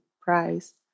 price